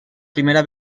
primera